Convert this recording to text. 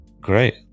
great